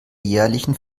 jährlichen